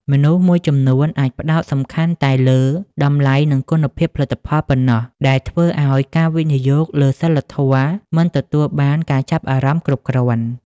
មនុស្សមួយចំនួនអាចផ្ដោតសំខាន់តែលើ តម្លៃ និងគុណភាពផលិតផលប៉ុណ្ណោះ ដែលធ្វើឱ្យការវិនិយោគលើសីលធម៌មិនទទួលបានការចាប់អារម្មណ៍គ្រប់គ្រាន់។